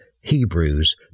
Hebrews